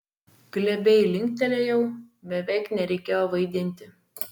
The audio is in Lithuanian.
glebiai linktelėjau beveik nereikėjo vaidinti